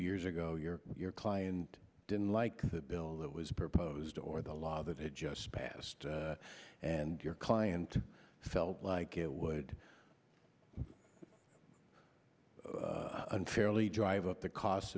years ago your your client didn't like the bill that was proposed or the law that it just passed and your client felt like it would unfairly drive up the cost